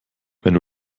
wenn